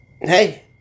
hey